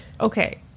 Okay